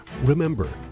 Remember